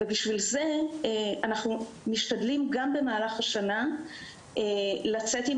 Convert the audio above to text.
אנחנו משתדלים גם במהלך השנה לצאת עם